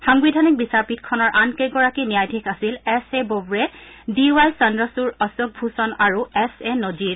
সাংবিধানিক বিচাৰপীঠখনৰ আনকেইগৰাকী ন্যায়াধীশ আছিল S A Bobde D Y Chandrachud Ashok Bhushan আৰু এছ এ নজিৰ